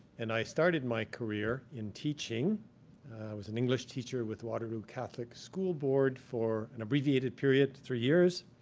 and i started my career in teaching. i was an english teacher with waterloo catholic school board for an abbreviated period, three years,